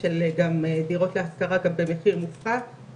גם פרויקטים תשתיתיים יכולים להיות מנוע למשק כדי לצאת מהמשבר,